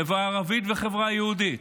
החברה הערבית והחברה היהודית,